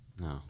No